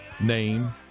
name